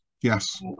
yes